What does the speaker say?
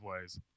ways